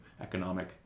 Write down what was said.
economic